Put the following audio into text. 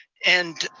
and